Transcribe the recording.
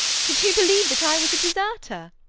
did you believe that i was a deserter?